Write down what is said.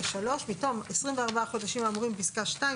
(3)מתום 24 החודשים האמורים בפסקה (2),